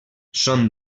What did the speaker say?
són